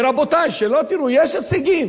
ורבותי, שלא תראו, יש הישגים.